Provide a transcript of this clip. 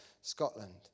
Scotland